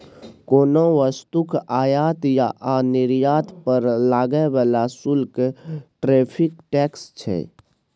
कोनो वस्तुक आयात आ निर्यात पर लागय बला शुल्क टैरिफ टैक्स छै